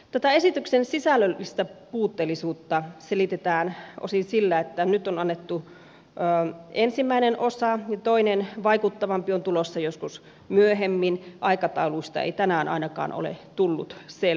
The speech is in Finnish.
tätä esityksen sisällöllistä puutteellisuutta selitetään osin sillä että nyt on annettu ensimmäinen osa ja toinen vaikuttavampi on tulossa joskus myöhemmin aikatauluista ei tänään ainakaan ole tullut selvyyttä